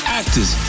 actors